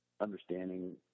understanding